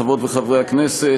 חברות וחברי הכנסת,